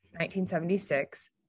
1976